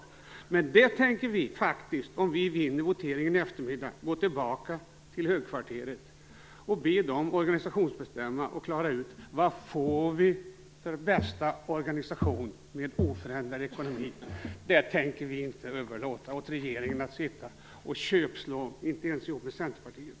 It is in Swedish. Om vi vinner voteringen i eftermiddag, tänker vi faktiskt gå tillbaka till högkvarteret och be dem som finns där att organisationsbestämma och klara ut vilket som är den bästa organisation som vi kan få med oförändrad ekonomi. Det tänker vi inte överlåta åt regeringen att sitta och köpslå om, inte ens ihop med Centerpartiet.